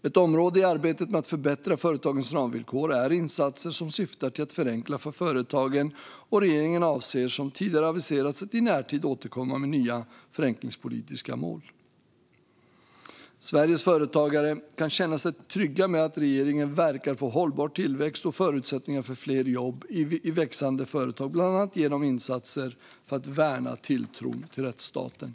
Ett område i arbetet med att förbättra företagens ramvillkor är insatser som syftar till att förenkla för företagen, och regeringen avser, som tidigare aviserats, att i närtid återkomma med nya förenklingspolitiska mål. Sveriges företagare kan känna sig trygga med att regeringen verkar för hållbar tillväxt och förutsättningar för fler jobb i växande företag genom bland annat insatser för att värna tilltron till rättsstaten.